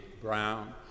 Brown